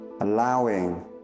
allowing